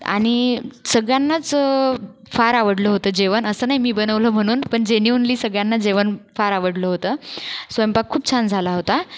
आणि सगळ्यांनाच फार आवडलं होतं जेवण असं नाही मी बनवलं म्हणून पण जेन्युइनली सगळ्यांना जेवण फार आवडलं होतं स्वयंपाक खूप छान झाला होता